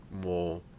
more